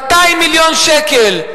200 מיליון שקל,